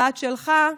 הבת שלך,